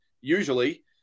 usually